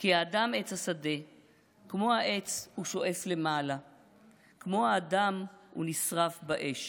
// כי האדם עץ השדה / כמו העץ הוא שואף למעלה / כמו האדם הוא נשרף באש